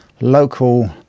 local